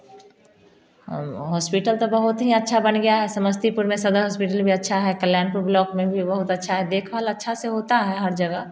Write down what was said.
और हॉस्पिटल तो बहुत ही अच्छा बन गया है समस्तीपुर में सदर हॉस्पिटल भी अच्छा है कल्याणपुर ब्लॉक में भी बहुत अच्छा है देख भाल अच्छा से होता है हर जगह